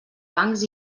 bancs